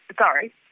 Sorry